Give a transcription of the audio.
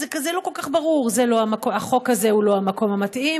זה לא כל כך ברור: החוק הזה הוא לא המקום המתאים,